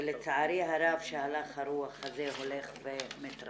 ולצערי הרב, הלך הרוח הזה הולך ומתרחב.